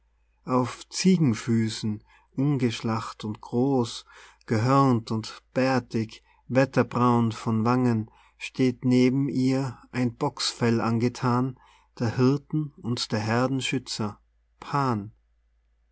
auf ziegenfüßen ungeschlacht und groß gehörnt und bärtig wetterbraun von wangen steht neben ihr ein bocksfell angethan der hirten und der heerden schützer pan